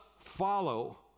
follow